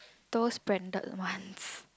those branded ones